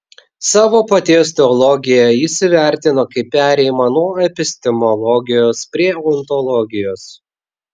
savo paties teologiją jis įvertino kaip perėjimą nuo epistemologijos prie ontologijos